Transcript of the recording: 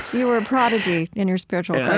you were a prodigy in your spiritual yeah